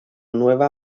nueva